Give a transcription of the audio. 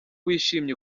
wishimye